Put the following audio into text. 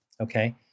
Okay